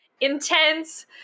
intense